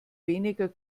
weniger